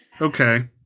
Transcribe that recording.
Okay